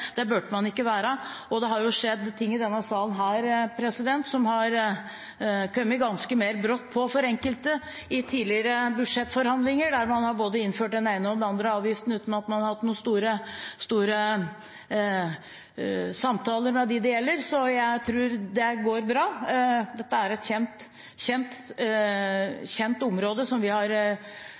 Og det har jo skjedd ting i denne salen som har kommet ganske brått på for enkelte i tidligere budsjettforhandlinger, der man har innført både den ene og den andre avgiften uten at man har hatt noen store samtaler med dem det gjelder, så jeg tror det går bra. Dette er et kjent område som vi har